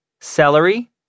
celery